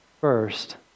first